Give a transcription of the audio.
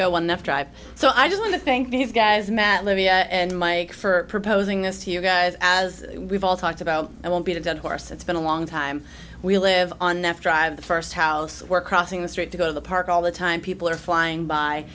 on the drive so i do want to thank these guys met livia and mike for proposing this to you guys as we've all talked about i won't beat a dead horse it's been a long time we live on next drive the first house we're crossing the street to go to the park all the time people are flying by